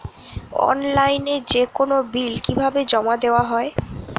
অনলাইনে যেকোনো বিল কিভাবে জমা দেওয়া হয়?